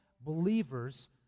believers